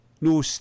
No